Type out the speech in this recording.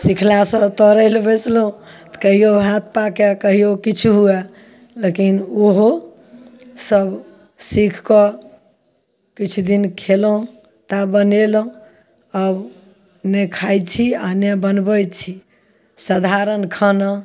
सिखलासँ तरय लेल बैसलहुँ तऽ कहियो हाथ पाकय कहियो किछु हुअए लेकिन ओहो सब सीखिकऽ किछु दिन खेलहुँ ताऽ बनेलहुँ आब ने खाइ छी आओर ने बनबय छी सधारण खाना